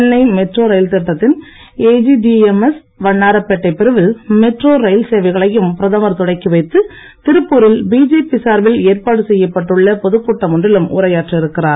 Chennai metro rail திட்டத்தின் AGDMS வண்ணாரப்பேட்டை பிரிவில் சேவைகளையும் பிரதமர் தொடக்கி வைத்து திருப்பூரில் பிஜேபி சார்பில் ஏற்பாடு செய்யப்பட்டுள்ள பொதுக்கூட்டம் ஒன்றிலும் உரையாற்ற இருக்கிறார்